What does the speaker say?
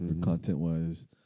content-wise